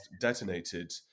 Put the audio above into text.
detonated